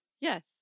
Yes